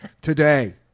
today